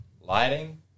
lighting